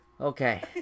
Okay